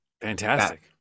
Fantastic